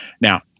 Now